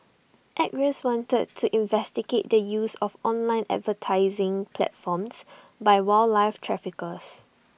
acres wanted to investigate the use of online advertising platforms by wildlife traffickers